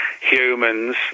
humans